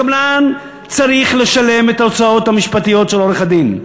הקבלן צריך לשלם את ההוצאות המשפטיות של עורך-הדין.